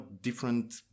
different